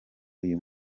uyu